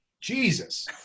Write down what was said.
Jesus